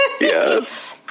Yes